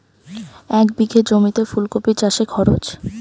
এক বিঘে জমিতে ফুলকপি চাষে খরচ?